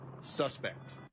suspect